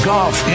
Golf